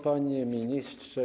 Panie Ministrze!